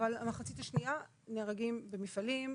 אבל המחצית השנייה נהרגים במפעלים,